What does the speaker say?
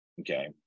okay